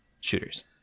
shooters